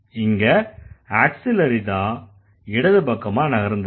இங்க ஆக்ஸிலரிதான் இடது பக்கமா நகர்ந்திருக்கு